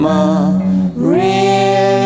Maria